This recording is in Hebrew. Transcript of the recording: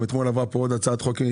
אתמול עברה פה הצעת חוק,